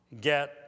get